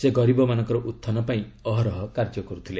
ସେ ଗରିବମାନଙ୍କର ଉତ୍ଥାନ ପାଇଁ ଅହରହ କାର୍ଯ୍ୟ କରୁଥିଲେ